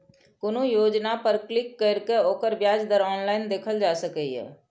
कोनो योजना पर क्लिक कैर के ओकर ब्याज दर ऑनलाइन देखल जा सकैए